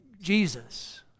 Jesus